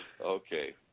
Okay